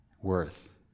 worth